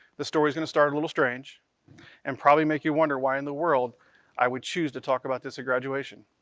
the story is going to start a little strange and probably make you wonder why in the world i would choose to talk about this at graduation.